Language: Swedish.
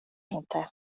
inte